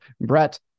brett